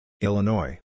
Illinois